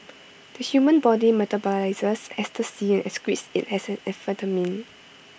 the human body metabolises ecstasy and excretes IT as amphetamine